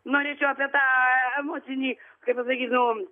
norėčiau apie tą emocinį kaip pasakyt nu